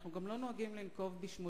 אנחנו גם לא נוהגים לנקוב בשמותיהם.